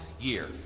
year